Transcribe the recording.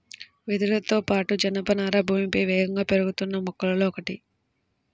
వెదురుతో పాటు, జనపనార భూమిపై వేగంగా పెరుగుతున్న మొక్కలలో ఒకటి